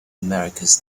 americas